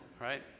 Right